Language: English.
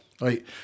Right